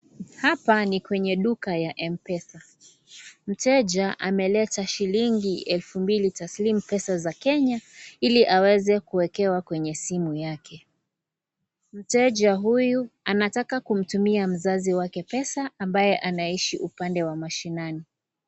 Hapa ni kwenye duka ya mpesa. Mteja ameleta shilingi elfu mbili taslim pesa za Kenya ili aweze kuwekewa kwenye simu yake. Mteja huyu anataka kumtumia mzazi wake pesa, ambaye anaishi upande wa mashinani.